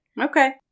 Okay